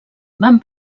van